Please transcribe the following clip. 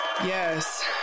Yes